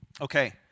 Okay